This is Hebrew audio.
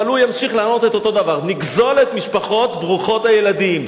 אבל הוא ימשיך לענות אותו דבר: נגזול את המשפחות ברוכות הילדים,